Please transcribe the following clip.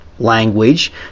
language